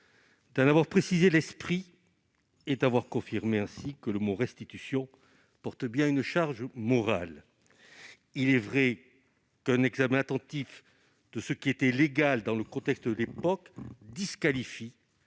d'en avoir précisé l'esprit est d'avoir confirmé que le mot « restitution » comporte bien une charge morale. Je rappelle qu'un examen attentif de ce qui était légal dans le contexte de l'époque disqualifie